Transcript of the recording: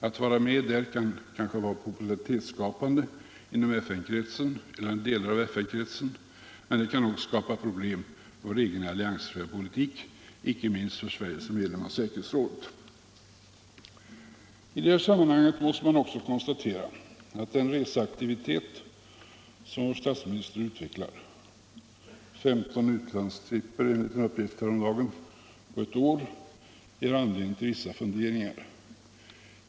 Att vara med där kan kanske vara popularitetsskapande inom FN-kretsen eller delar av FN-kretsen, men det kan också skapa problem för vår egen alliansfria politik, icke minst för Sverige såsom medlem av säkerhetsrådet. I detta sammanhang måste man också konstatera att den reseaktivitet som vår statsminister utvecklar — 15 utlandstripper på ett år enligt en uppgift häromdagen — ger anledning till vissa funderingar.